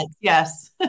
Yes